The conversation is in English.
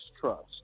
trust